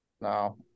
No